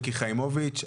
מיקי חיימוביץ.